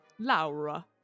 Laura